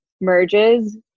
merges